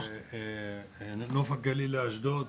מנוף הגליל לאשדוד.